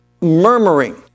murmuring